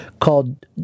called